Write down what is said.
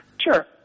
Sure